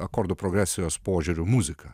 akordų progresijos požiūriu muziką